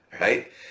right